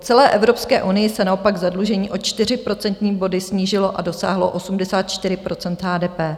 V celé Evropské unii se naopak zadlužení o 4 procentní body snížilo a dosáhlo 84 % HDP.